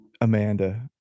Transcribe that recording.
Amanda